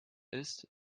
ist